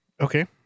okay